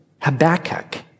Habakkuk